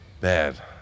bad